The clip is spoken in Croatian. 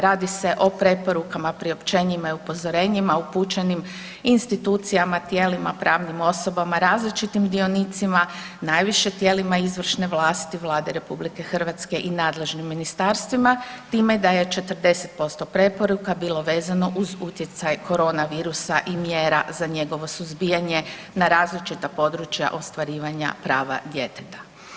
Radi se o preporukama, priopćenjima i upozorenjima upućenim institucijama, tijelima, pravnim osobama različitim dionicima, najviše tijelima izvršne vlasti Vlade RH i nadležnim ministarstvima, time da je 40% preporuka bilo vezano uz utjecaj korona virusa i mjera za njegovo suzbijanje na različita područja ostvarivanja prava djeteta.